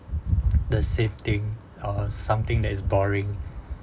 the same thing or something that is boring